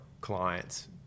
clients